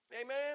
Amen